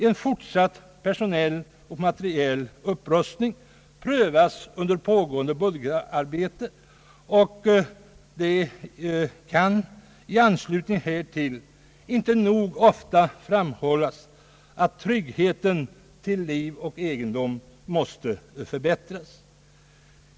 En fortsatt personell och materiell upprustning prövas under pågående budgetarbete. Det kan i anslutning härtill inte nog ofta framhållas att tryggheten till liv och egendom måste förbättras.